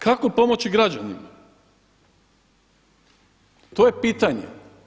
Kako pomoći građanima, to je pitanje.